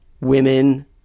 women